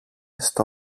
στο